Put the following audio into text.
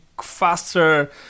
faster